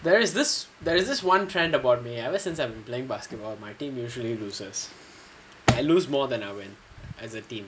there is this there is this one trend about me ever since I have been playing basketball my team usually loses I lose more than I win as a team